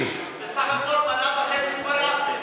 מיקי, אם אתה נותן את הפטור ממע"מ,